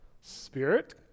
Spirit